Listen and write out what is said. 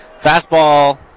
Fastball